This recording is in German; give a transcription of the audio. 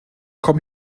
komm